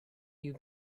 you